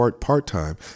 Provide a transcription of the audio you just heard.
part-time